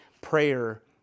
prayer